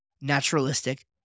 naturalistic